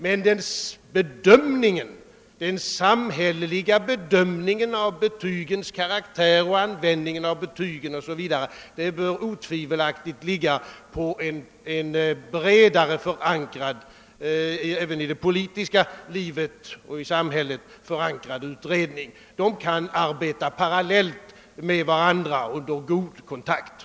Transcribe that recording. Men den samhälleliga bedömningen av betygens karaktär, användningen av betygen o.s.v. bör otvivelaktigt lig ga på en i det politiska livet och i samhället förankrad utredning. Utredningarna kan arbeta parallellt i god kontakt med varandra.